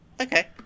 Okay